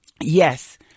yes